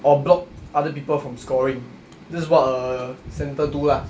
or block other people from scoring this is what a centre do lah